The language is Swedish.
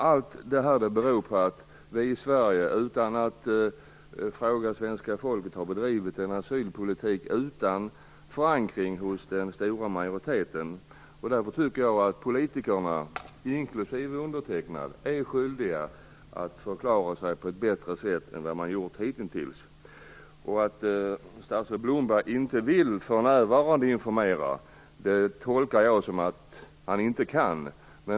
Allt det här beror på att vi i Sverige, utan att fråga svenska folket, har drivit en asylpolitik utan förankring hos den svenska majoriteten. Därför tycker jag att politikerna - inklusive mig själv - är skyldiga att förklara sig på ett bättre sätt än de har gjort hittills. Att statsrådet för närvarande inte vill informera tolkar jag som att han inte kan.